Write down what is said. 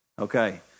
Okay